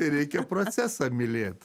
reikia procesą mylėt